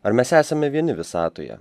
ar mes esame vieni visatoje